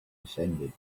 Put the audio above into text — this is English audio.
descended